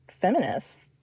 feminists